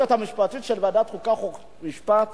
המשפטית של ועדת החוקה, חוק ומשפט